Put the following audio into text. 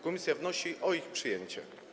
Komisja wnosi o ich przyjęcie.